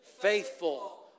faithful